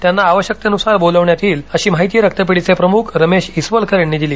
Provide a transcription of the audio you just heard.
त्यांना आवश्यकतेनूसार बोलवण्यात येईल अशी माहिती रक्तपेढीचे प्रमुख रमेश इस्वलकर यांनी दिली